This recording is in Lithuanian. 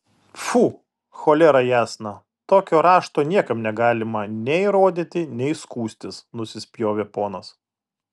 pfu cholera jasna tokio rašto niekam negalima nei rodyti nei skųstis nusispjovė ponas